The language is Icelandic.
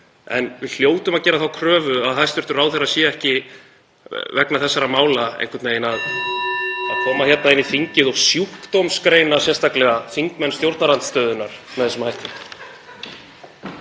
En við hljótum að gera þá kröfu að hæstv. ráðherra sé ekki vegna þessara mála (Forseti hringir.) að koma hingað inn í þingið og sjúkdómsgreina sérstaklega þingmenn stjórnarandstöðunnar með þessum hætti.